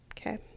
Okay